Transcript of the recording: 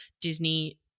Disney